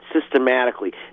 systematically